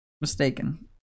mistaken